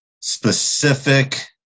specific